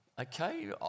okay